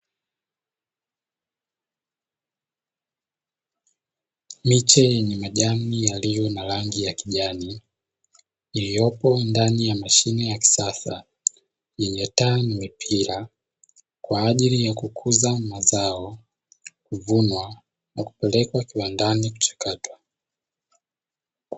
Miche yenye majani yaliyo na rangi ya kijani iliyopo ndani ya mashine ya kisasa, yenye taa mipira pia kwa ajili ya kukuza mazao, kuvunwa na kupelekwa kiwandani kuchakatwa.